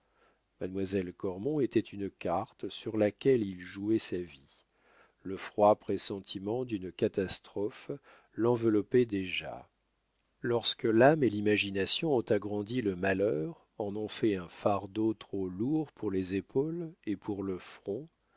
mademoiselle cormon était une carte sur laquelle il jouait sa vie le froid pressentiment d'une catastrophe l'enveloppait déjà lorsque l'âme et l'imagination ont agrandi le malheur en ont fait un fardeau trop lourd pour les épaules et pour le front